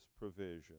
provision